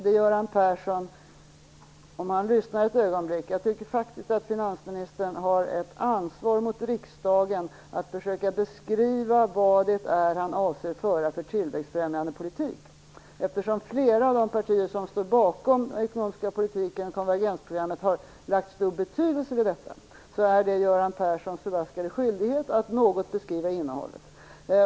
Jag tycker faktiskt att finansministern har ett ansvar mot riksdagen att försöka beskriva vad det är för tillväxtfrämjande politik som han avser att föra. Flera av de partier som står bakom den ekonomiska politiken och konvergensprogrammet har lagt stor vikt vid detta. Så det är Göran Perssons förbaskade skyldighet att något beskriva innehållet.